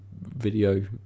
video